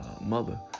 mother